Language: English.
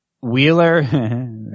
Wheeler